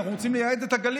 אנחנו רוצים לייהד את הגליל.